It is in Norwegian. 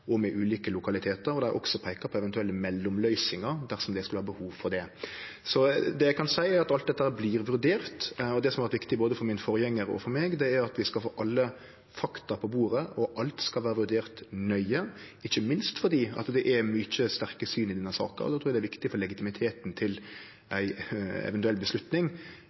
og ulike lokalitetar, og dei har òg peika på mellomløysingar dersom det skulle vere behov for det. Så det eg kan seie, er at alt dette blir vurdert, og det som har vore viktig både for forgjengaren min og for meg, er at vi skal få alle fakta på bordet, og alt skal vere vurdert nøye – ikkje minst fordi det er mykje sterke syn i denne saka, og då trur eg det er viktig for legitimiteten til ei eventuell